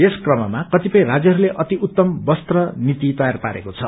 यस क्रममा कतिपय राज्यहरूले अति उत्तम वस्त्र नीति तयार पारेको छ